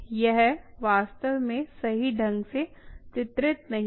यह वास्तव में सही ढंग से चित्रित नहीं है